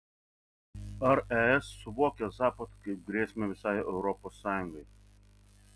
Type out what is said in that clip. ar es suvokia zapad kaip grėsmę visai europos sąjungai